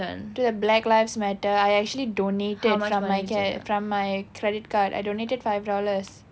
to the black lives matter I actually donated from my get from my credit card I donated five dollars